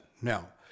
Now